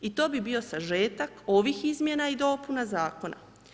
I to bi bio sažetak ovih izmjena i dopuna Zakona.